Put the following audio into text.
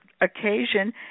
occasion